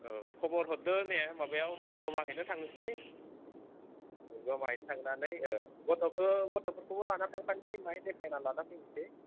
औ खबर हरदो नै माबायाव जमा हैनो थांनोसै जमा हैनो थांनानै गथ'खो गथ'फोरखौबो लाना थांफानोसै माहाय देखायना लाना फैनोसै